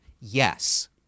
Yes